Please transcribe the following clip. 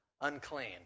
unclean